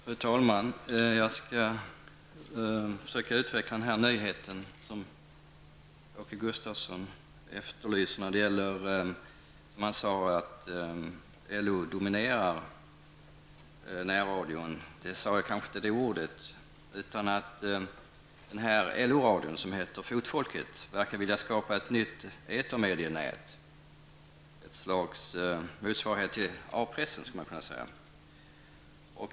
Fru talman! Jag skall försöka utveckla den nyhet som Åke Gustavsson efterlyste beträffande talet om att LO skulle dominera närradion. Jag uttryckte mig nog inte riktigt så. LO-radion, som heter Fotfolket, vill verkligen skapa ett nytt etermedienät, ett slags motsvarighet till A-pressen.